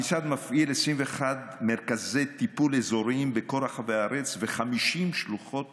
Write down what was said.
המשרד מפעיל 21 מרכזי טיפול אזוריים בכל רחבי הארץ ו-50 שלוחות